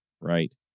right